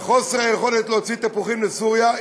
על חוסר היכולת להוציא תפוחים לסוריה,